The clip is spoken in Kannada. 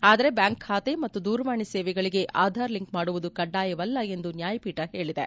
ಆದರೆ ಬ್ಲಾಂಕ್ ಖಾತೆಗಳಿಗೆ ಮತ್ತು ದೂರವಾಣಿ ಸೇವೆಗಳಿಗೆ ಆಧಾರ್ ಲಿಂಕ್ ಮಾಡುವುದು ಕಡ್ಡಾಯವಲ್ಲ ಎಂದು ನ್ಲಾಯಪೀಠ ಹೇಳಿದೆ